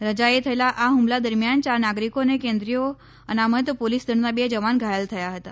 રજા એ થયેલા આ ફમલા દરમિયાન ચાર નાગરીકો અને કેન્દ્રીય અનામત પોલીસ દળના બે જવાન ઘાયલ થયા હતા